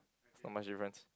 not much difference